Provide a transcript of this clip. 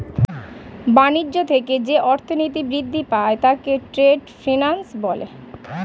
বাণিজ্য থেকে যে অর্থনীতি বৃদ্ধি পায় তাকে ট্রেড ফিন্যান্স বলে